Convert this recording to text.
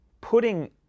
putting